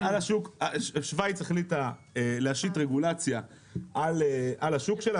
שוויץ החליטה להשית רגולציה על השוק שלה,